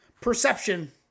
Perception